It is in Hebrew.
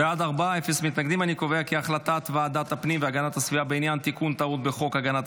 ועדת הפנים והגנת הסביבה בדבר תיקון טעות בחוק הגנת